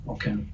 Okay